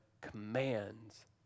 commands